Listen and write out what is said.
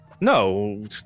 No